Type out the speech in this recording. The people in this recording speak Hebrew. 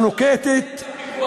שנוקטת, למה אתה לא מגנה את הפיגוע?